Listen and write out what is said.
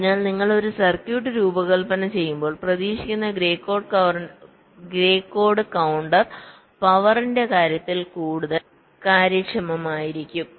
അതിനാൽ നിങ്ങൾ ഒരു സർക്യൂട്ട് രൂപകൽപ്പന ചെയ്യുമ്പോൾ പ്രതീക്ഷിക്കുന്ന ഗ്രേ കോഡ് കൌണ്ടർ പവറിന്റെ കാര്യത്തിൽ കൂടുതൽ കാര്യക്ഷമമായിരിക്കും